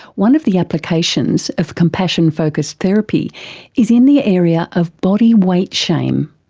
one of the applications of compassion focussed therapy is in the area of bodyweight shame.